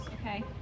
okay